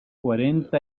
cuarenta